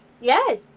Yes